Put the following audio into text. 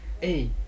Hey